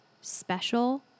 special